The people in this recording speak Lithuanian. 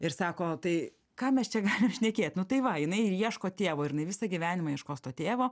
ir sako tai ką mes čia galim šnekėt nu tai va jinai ir ieško tėvo ir jinai visą gyvenimą ieškos to tėvo